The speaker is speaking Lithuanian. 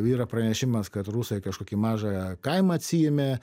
jau yra pranešimas kad rusai kažkokį mažą kaimą atsiėmė